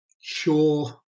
sure